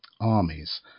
armies